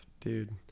dude